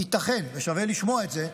ייתכן ששווה לשמוע את זה,